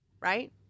right